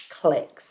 clicks